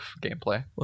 gameplay